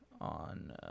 on